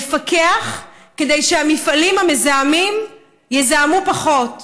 לפקח, כדי שהמפעלים המזהמים יזהמו פחות.